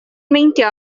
meindio